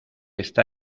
está